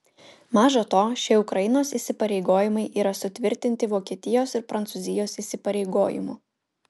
maža to šie ukrainos įsipareigojimai yra sutvirtinti vokietijos ir prancūzijos įsipareigojimų